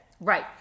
Right